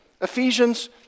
Ephesians